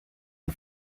and